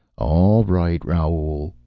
all right, raoul,